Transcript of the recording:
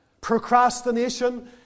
Procrastination